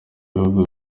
bihugu